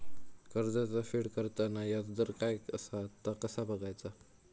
कर्जाचा फेड करताना याजदर काय असा ता कसा बगायचा?